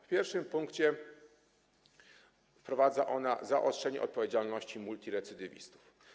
W pierwszym punkcie wprowadza ona zaostrzenie odpowiedzialności multirecydywistów.